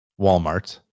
walmart